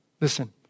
Listen